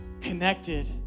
connected